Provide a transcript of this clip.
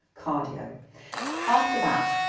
cardio after that,